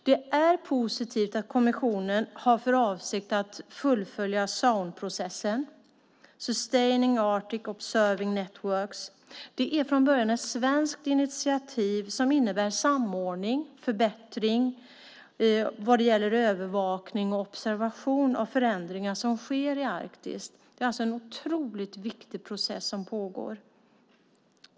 Det är positivt att kommissionen har för avsikt att fullfölja SAON-processen, Sustaining Arctic Observing Networks. Det är från början ett svenskt initiativ som innebär samordning och förbättring när det gäller övervakning och observation av förändringar som sker i Arktis. Det är alltså en otroligt viktig process som pågår.